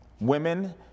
women